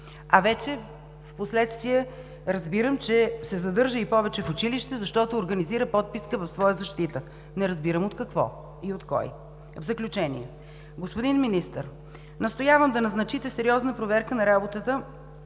А вече впоследствие разбирам, че се задържа и повече в училище, защото организира подписка в своя защита. Не разбирам от какво и от кой? Господин Министър, настоявам да назначите сериозна проверка на работата